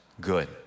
good